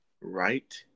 Right